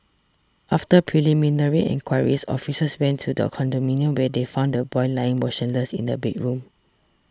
after preliminary enquiries officers went to the condominium where they found the boy lying motionless in a bedroom